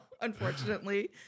unfortunately